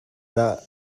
dah